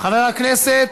חבר הכנסת,